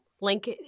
Link